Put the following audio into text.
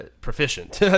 proficient